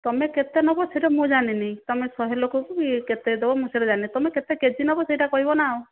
ତୁମେ କେତେ ନେବ ସେଟା ମୁଁ ଜାଣିନି ତୁମେ ଶହେ ଲୋକଙ୍କୁ କି କେତେ ଦେବ ମୁଁ ସେଟା ଜାଣିନି ତୁମେ କେତେ କେଜି ନେବ ସେଟା କହିବ ନା